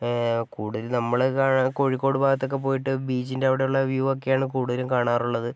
കൂടുതലും നമ്മൾ കാണാൻ കോഴിക്കോട് ഭാഗത്തൊക്കെ പോയിട്ട് ബീച്ചിൻ്റെ അവിടെയുള്ള വ്യൂ ഒക്കെയാണ് കൂടുതലും കാണാറുള്ളത്